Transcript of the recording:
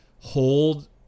hold